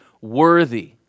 worthy